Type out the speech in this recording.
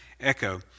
echo